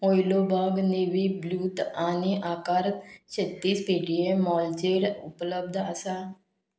ओयलोबाब navy ब्लूथ आनी आकार छत्तीस पेटीएम मॉलचेर उपलब्ध आसा